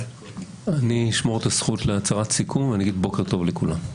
אני אשמור את הזכות להצהרת סיכום ואני אגיד בוקר טוב לכולם.